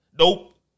Nope